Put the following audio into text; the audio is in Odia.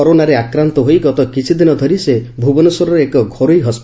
କରୋନାରେ ଆକ୍ରାନ୍ତ ହୋଇ ଗତ କିଛିଦିନ ଧରି ସେ ଭୁବନେଶ୍ୱରର ଏକ ଘରୋଇ ଚିକସ୍